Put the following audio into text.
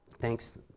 thanks